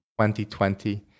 2020